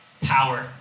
power